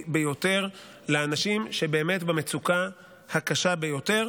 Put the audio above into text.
ביותר לאנשים שבאמת במצוקה הקשה ביותר,